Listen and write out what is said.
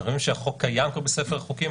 החוק קיים בספר החוקים,